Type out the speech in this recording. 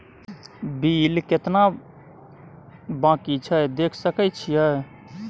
Bill केतना बाँकी छै देख सके छियै?